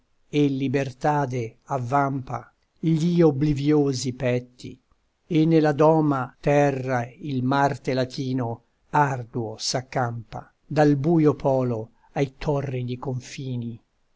e libertade avvampa gli obbliviosi petti e nella doma terra il marte latino arduo s'accampa dal buio polo ai torridi confini